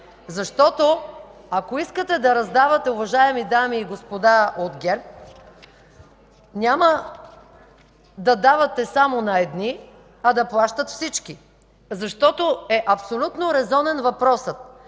Защото, ако искате да раздавате, уважаеми дами и господа от ГЕРБ, няма да давате само на едни, а да плащат всички. Защото е абсолютно резонен въпросът: